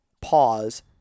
pause